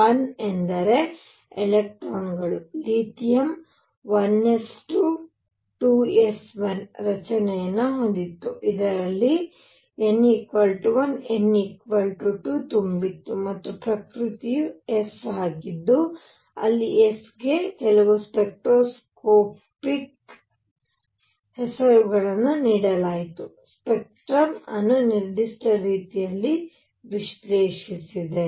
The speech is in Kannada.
1 ಎಂದರೆ 2 ಎಲೆಕ್ಟ್ರಾನ್ಗಳು ಲಿಥಿಯಂ 1 s 2 2 s 1 ರಚನೆಯನ್ನು ಹೊಂದಿತ್ತು ಇದರರ್ಥ ಅಲ್ಲಿ n 1 n 2 ತುಂಬಿತ್ತು ಮತ್ತು ಪ್ರಕೃತಿಯು s ಆಗಿದ್ದು ಅಲ್ಲಿ s ಗೆ ಕೆಲವು ಸ್ಪೆಕ್ಟ್ರೋಸ್ಕೋಪಿಕ್ಗೆ ಹೆಸರನ್ನು ನೀಡಲಾಯಿತು ಸ್ಪೆಕ್ಟ್ರಮ್ ಅನ್ನು ನಿರ್ದಿಷ್ಟ ರೀತಿಯಲ್ಲಿ ವಿಶ್ಲೇಷಿಸಿದೆ